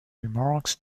remarks